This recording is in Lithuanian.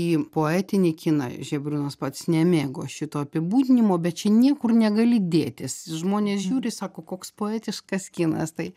į poetinį kiną žebriūnas pats nemėgo šito apibūdinimo bet čia niekur negali dėtis žmonės žiūri sako koks poetiškas kinas tai